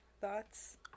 thoughts